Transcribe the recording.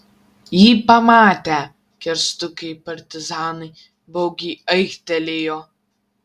jį pamatę kirstukai partizanai baugiai aiktelėjo